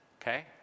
Okay